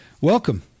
Welcome